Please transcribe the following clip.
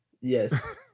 yes